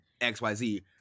XYZ